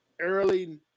early